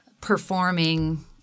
performing